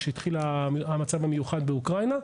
עת התחיל המצב המיוחד באוקראינה,